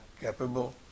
capable